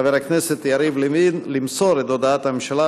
חבר הכנסת יריב לוין למסור את הודעת הממשלה,